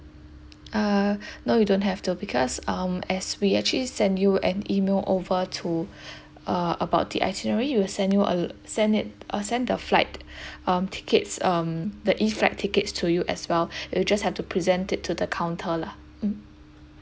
uh no you don't have to because um as we actually send you an email over to uh about the itinerary we'll send you send it uh send the flight tickets um the E flight tickets to you as well you just have to present it to the counter lah mm